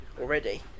already